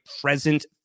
present